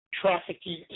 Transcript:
trafficking